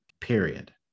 period